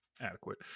adequate